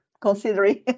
considering